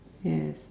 yes